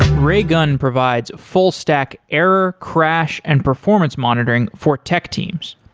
raygun provides full stack error, crash and performance monitoring for tech teams.